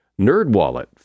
NerdWallet